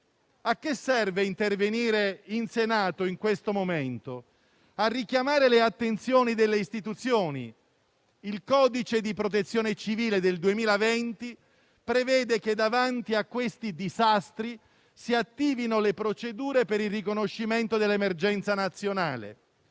Trabocchi. Intervenire in Senato in questo momento serve a richiamare l'attenzione delle istituzioni. Il codice di protezione civile del 2020 prevede che davanti a questi disastri si attivino le procedure per il riconoscimento dell'emergenza nazionale.